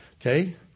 Okay